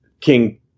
King